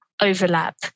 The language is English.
overlap